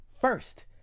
First